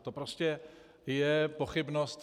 To prostě je pochybnost.